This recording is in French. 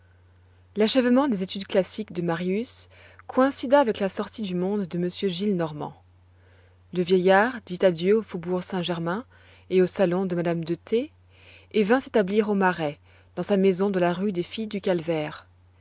l'achèvement des études classiques de marius coïncida avec la sortie du monde de m gillenormand le vieillard dit adieu au faubourg saint-germain et au salon de madame de t et vint s'établir au marais dans sa maison de la rue des filles du calvaire